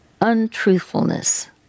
untruthfulness